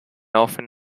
often